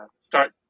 start